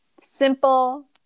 Simple